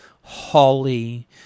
holly